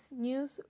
news